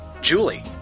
Julie